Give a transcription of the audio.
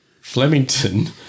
Flemington